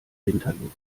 winterluft